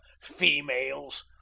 females